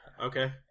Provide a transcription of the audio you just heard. Okay